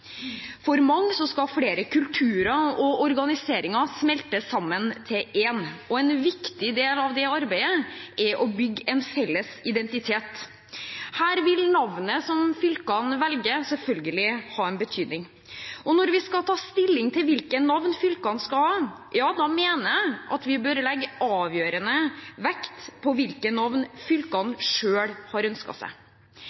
For mange skal flere kulturer og organiseringer smeltes sammen til én. En viktig del av det arbeidet er å bygge en felles identitet. Her vil navnet som fylkene velger, selvfølgelig ha betydning. Når vi skal ta stilling til hvilke navn fylkene skal ha, ja, da mener jeg at vi bør legge avgjørende vekt på hvilke navn fylkene